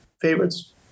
favorites